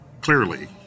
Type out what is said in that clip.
clearly